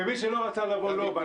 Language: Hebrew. ומי שלא רצה לבוא לא בא.